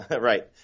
Right